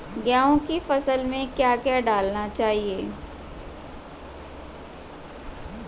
गेहूँ की फसल में क्या क्या डालना चाहिए?